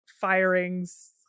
firings